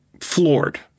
floored